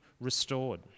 restored